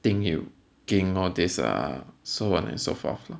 think you keng all these ah so on and so forth